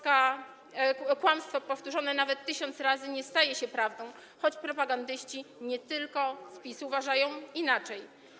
Kłamstwo powtórzone nawet tysiąc razy, nie staje się prawdą, choć propagandyści nie tylko z PiS uważają inaczej.